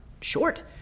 short